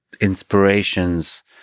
inspirations